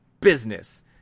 business